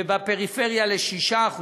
ובפריפריה ל-6%.